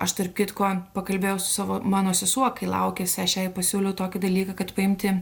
aš tarp kitko pakalbėjau su savo mano sesuo kai laukėsi aš jai pasiūliau tokį dalyką kad paimti